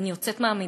אני יוצאת מהמטבח,